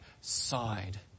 side